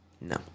No